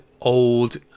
old